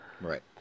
Right